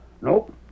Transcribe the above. Nope